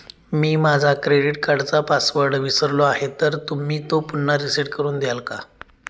मी माझा क्रेडिट कार्डचा पासवर्ड विसरलो आहे तर तुम्ही तो पुन्हा रीसेट करून द्याल का?